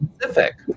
specific